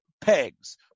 pegs